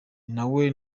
nawe